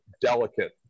Delicate